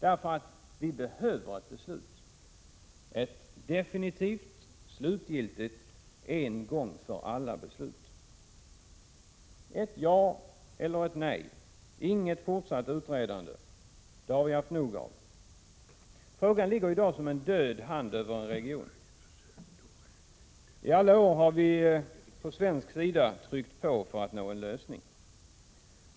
Vi behöver nämligen ett beslut, ett definitivt beslut, en gång för alla — ett ja eller ett nej. Vi behöver inget fortsatt utredande, för det har vi haft nog av. Frågan ligger i dag som en död hand över en region. I alla år har vi från svensk sida tryckt på för att nå en lösning.